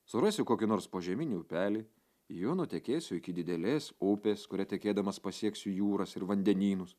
surasiu kokį nors požeminį upelį juo nutekėsiu iki didelės upės kuria tekėdamas pasieksiu jūras ir vandenynus